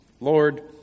Lord